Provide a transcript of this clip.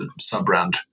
sub-brand